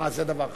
אה, זה דבר אחר.